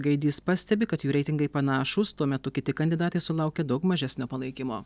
gaidys pastebi kad jų reitingai panašūs tuo metu kiti kandidatai sulaukia daug mažesnio palaikymo